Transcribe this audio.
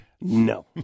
No